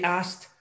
asked